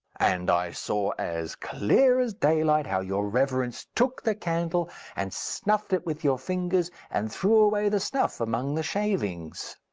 and i saw as clear as daylight how your reverence took the candle and snuffed it with your fingers, and threw away the snuff among the shavings.